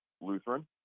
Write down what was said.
Lutheran